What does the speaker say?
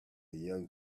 young